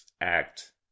act